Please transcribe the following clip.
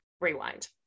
Rewind